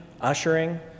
ushering